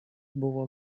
buvo